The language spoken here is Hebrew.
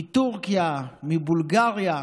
מטורקיה ומבולגריה,